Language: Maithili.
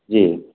जी